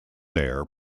there